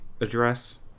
address